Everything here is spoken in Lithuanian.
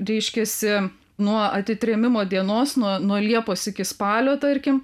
reiškiasi nuo atitrėmimo dienos nuo nuo liepos iki spalio tarkim